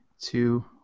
two